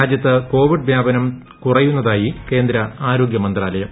രാജ്യത്ത് കോവിഡ് വ്യാപനം കുറയുന്നതായി കേന്ദ്ര ആരോഗ്യ മന്ത്രാലയം